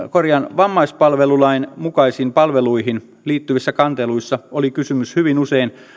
vammaispalvelulain mukaisiin palveluihin liittyvissä kanteluissa oli hyvin usein kysymys